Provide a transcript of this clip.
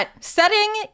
setting